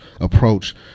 approach